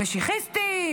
משחיסטים,